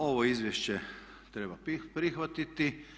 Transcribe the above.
Ovo izvješće treba prihvatiti.